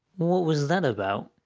what was that about?